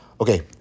okay